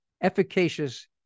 efficacious